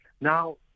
Now